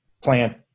plant